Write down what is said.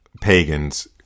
pagans